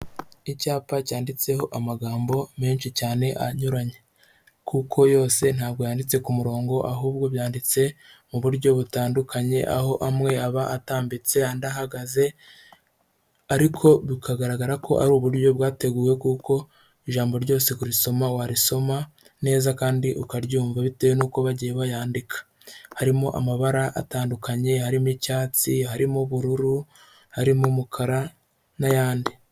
Icyapa cyanditseho amagambo menshi cyane anyuranye kuko yose ntabwo yanditse ku murongo ahubwo byanditse mu buryo butandukanye, aho amwe aba atambitse andi ahagaze ariko bikagaragara ko ari uburyo bwateguwe kuko ijambo ryose kurisoma warisoma neza kandi ukaryumva, bitewe n'uko bagiye bayandika. Harimo amabara atandukanye, harimo icyatsi, harimo ubururu, harimo umukara n'ayandi.